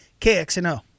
KXNO